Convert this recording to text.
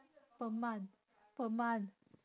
per month per month